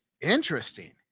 Interesting